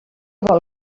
vol